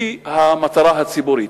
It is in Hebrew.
היא המטרה הציבורית,